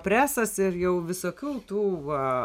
presas ir jau visokių tų va